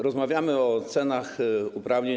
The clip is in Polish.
Rozmawiamy o cenach uprawnień.